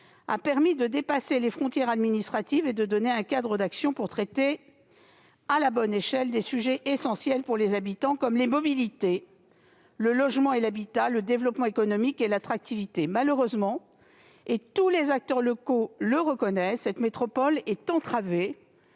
-a permis de dépasser les frontières administratives et de créer un cadre d'action pour traiter à la bonne échelle des sujets essentiels pour les habitants comme ceux des mobilités, du logement et de l'habitat, du développement économique et de l'attractivité. Malheureusement- tous les acteurs locaux le reconnaissent -, cette métropole est entravée